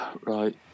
Right